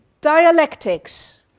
Dialectics